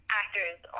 actors